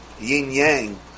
yin-yang